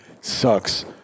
sucks